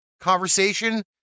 conversation